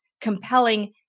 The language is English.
compelling